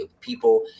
people